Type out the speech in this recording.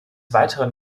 weiteren